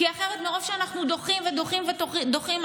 כי אחרת מרוב שאנחנו דוחים ודוחים ודוחים,